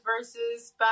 versus